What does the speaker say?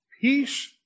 Peace